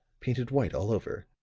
painted white all over,